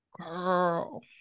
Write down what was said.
girl